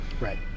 Right